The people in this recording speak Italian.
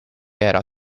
era